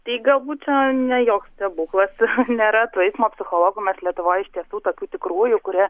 tai galbūt ne joks stebuklas nėra tų eismo psichologų mes lietuvoj iš tiesų tokių tikrųjų kurie